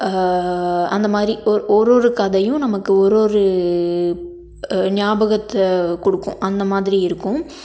அந்த மாதிரி ஒரு ஒரு கதையும் நமக்கு ஒரு ஒரு ஞாபகத்தை கொடுக்கும் அந்த மாதிரி இருக்கும்